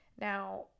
Now